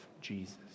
Jesus